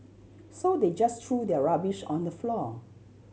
so they just threw their rubbish on the floor